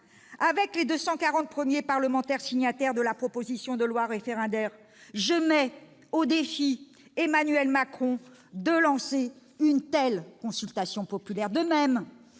Avec les 240 premiers parlementaires signataires de la proposition de loi référendaire, je mets au défi Emmanuel Macron de lancer une telle consultation populaire. De même,